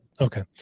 okay